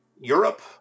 Europe